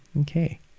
Okay